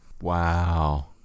Wow